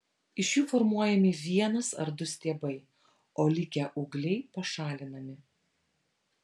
iš jų formuojami vienas ar du stiebai o likę ūgliai pašalinami